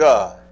God